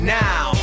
now